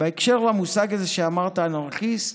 בהקשר למושג הזה שאמרת, אנרכיסט,